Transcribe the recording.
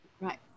Right